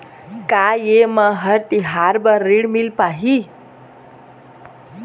का ये म हर तिहार बर ऋण मिल पाही?